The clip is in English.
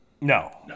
No